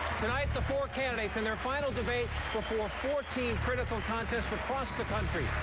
tonight, the four candidates in their final debate before fourteen critical contests across the country,